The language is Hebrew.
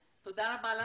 תודה רבה לך,